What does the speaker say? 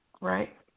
Right